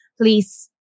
please